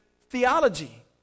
theology